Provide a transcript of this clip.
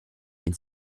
den